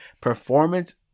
performance